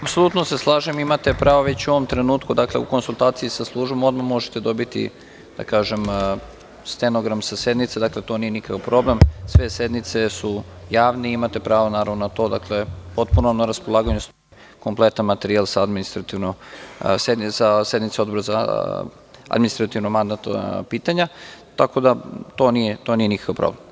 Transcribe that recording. Apsolutno se slažem i imate pravo već u ovom trenutku, u konsultaciji sa Službom odmah možete dobiti stenogram sa sednice, to nije nikakav problem, sve sednice su javne i imate pravo na to, potpuno na raspolaganju kompletan materijal sa sednice Odbora za administrativno i mandatna pitanja, tako da to nije problem.